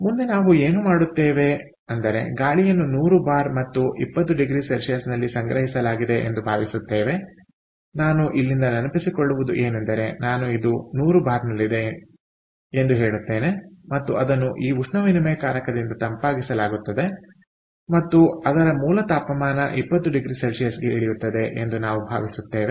ಆದ್ದರಿಂದ ಮುಂದೆ ನಾವು ಏನು ಮಾಡುತ್ತೇವೆ ಅಂದರೆ ಗಾಳಿಯನ್ನು 100 ಬಾರ್ ಮತ್ತು 20oCನಲ್ಲಿ ಸಂಗ್ರಹಿಸಲಾಗಿದೆ ಎಂದು ಭಾವಿಸುತ್ತೇವೆ ನಾನು ಇಲ್ಲಿಂದ ನೆನಪಿಸಿಕೊಳ್ಳುವುದು ಏನೆಂದರೆ ನಾನು ಇದು 100 ಬಾರ್ನಲ್ಲಿ ಇದೆ ಎಂದು ಹೇಳುತ್ತೇನೆ ಮತ್ತು ಅದನ್ನು ಈ ಉಷ್ಣವಿನಿಮಯಕಾರಕದಿಂದ ತಂಪಾಗಿಸಲಾಗುತ್ತದೆ ಮತ್ತು ಅದರ ಮೂಲ ತಾಪಮಾನ 20oC ಗೆ ಇಳಿಯುತ್ತದೆ ಎಂದು ನಾವು ಭಾವಿಸುತ್ತೇವೆ